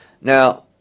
Now